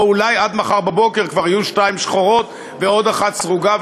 או אולי עד מחר בבוקר כבר יהיו שתיים שחורות ועוד אחת סרוגה,